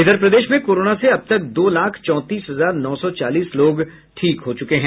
इधर प्रदेश में कोरोना से अब तक दो लाख चौंतीस हजार नौ सौ चालीस लोग ठीक हो चुके हैं